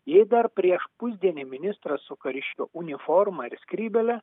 jai dar prieš pusdienį ministras su kariškio uniforma ir skrybėle